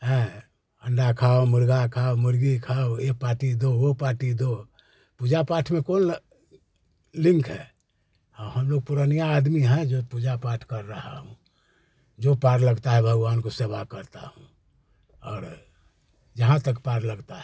है अंडा खाओ मुर्गा खाओ मुर्गी खाओ ये पार्टी दो वो पार्टी दो पूजा पाठ में कौन लिंक है हाँ हम लोग पुरनिया आदमी है जो पूजा पाठ कर रहा हूँ जो पार लगता है भगवान को सेवा करता हूँ और जहाँ तक पार लगता है